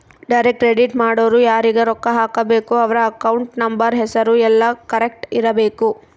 direct credit ಮಾಡೊರು ಯಾರೀಗ ರೊಕ್ಕ ಹಾಕಬೇಕು ಅವ್ರ ಅಕೌಂಟ್ ನಂಬರ್ ಹೆಸರು ಯೆಲ್ಲ ಕರೆಕ್ಟ್ ಇರಬೇಕು